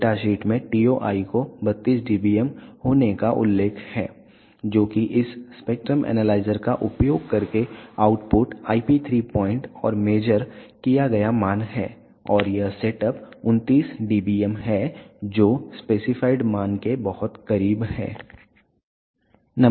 data sheet में TOI को 32 dBm होने का उल्लेख है जो इस स्पेक्ट्रम एनालाइजर का उपयोग करके आउटपुट IP3 पॉइंट और मेज़र किया गया मान है और यह सेटअप 29 dBm है जो स्पेसिफाइड मान के बहुत करीब है